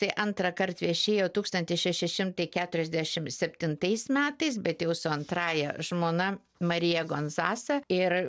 tai antrąkart viešėjo tūkstantis šeši šimtai keturiasdešim septintais metais bet jau su antrąja žmona marija gonzasa ir